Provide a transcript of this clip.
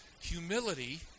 humility